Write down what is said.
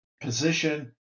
position